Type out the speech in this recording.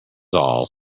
all